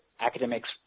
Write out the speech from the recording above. academics